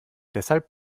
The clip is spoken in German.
deshalb